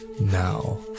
now